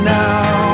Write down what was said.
now